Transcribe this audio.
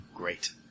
Great